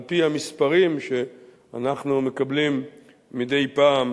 על-פי המספרים שאנחנו מקבלים מדי פעם